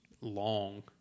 long